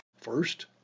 First